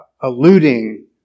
alluding